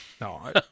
No